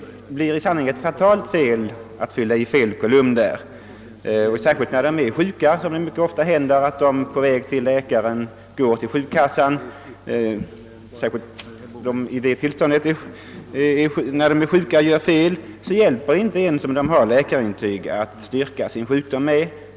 Det blir sannerligen ett fatalt fel om man fyller i fel kolumn! Detta händer särskilt ofta när sjuka personer på väg till läkaren går in till sjukksssan för att fylla i blanketten. När de sjuka i detta tillstånd gör fel hjälper det inte ens med läkarintyg för att de skall kunna styrka sin sjukdom.